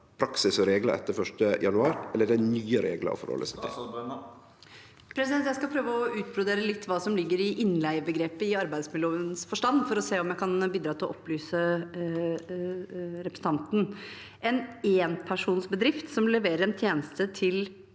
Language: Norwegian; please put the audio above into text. praksis og reglar etter 1. januar, eller er det nye reglar å forhalde seg til? Statsråd Tonje Brenna Jeg skal prøve å utbrodere litt hva som ligger i innleiebegrepet i arbeidsmiljølovens forstand, for å se om jeg kan bidra til å opplyse representanten. En enpersonsbedrift som leverer en tjeneste til